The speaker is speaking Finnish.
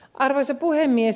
arvoisa puhemies